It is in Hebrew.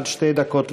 עד שתי דקות לרשותך.